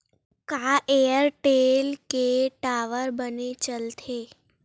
का एयरटेल के टावर बने चलथे?